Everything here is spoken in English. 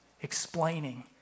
explaining